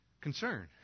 concern